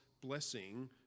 blessing